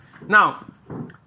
Now